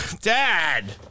Dad